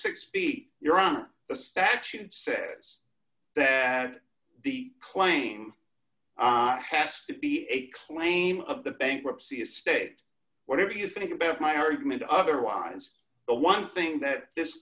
six speed you're on the statute said is that the claim not has to be a claim of the bankruptcy estate whatever you think about my argument otherwise but one thing that this